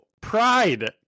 pride